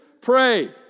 pray